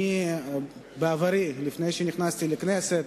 בעברי, לפני שנכנסתי לכנסת,